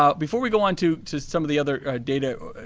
ah before we go on to to some of the other data,